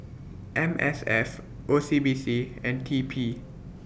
M S F O C B C and T P